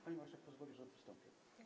Pani marszałek pozwoli, że wystąpię.